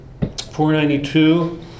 492